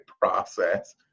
process